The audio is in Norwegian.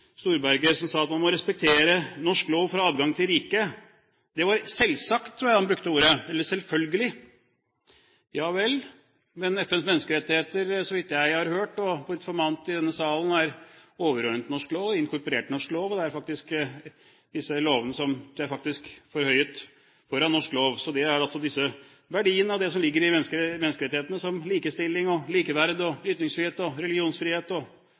Storberget som sa at man må respektere norsk lov for å ha adgang til riket. Det var ordet selvsagt, eller selvfølgelig, han brukte. Ja vel, men FNs menneskerettigheter, så vidt jeg har hørt og blitt formant om i denne salen, er overordnet norsk lov, inkorporert i norsk lov og faktisk forhøyet i forhold til norsk lov. Det er altså disse verdiene som likestilling og likeverd og ytringsfrihet og religionsfrihet osv., det som FNs menneskerettigheter består av, som er overordnet norsk lov. Og